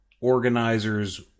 organizers